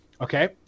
Okay